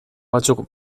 batzuk